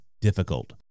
difficult